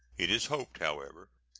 it is hoped, however,